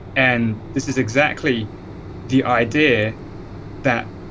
and this is exactly the idea that